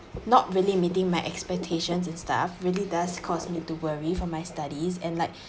not really meeting my expectations and stuff really does cause me to worry for my studies and like